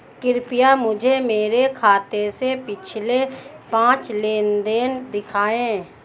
कृपया मुझे मेरे खाते से पिछले पांच लेनदेन दिखाएं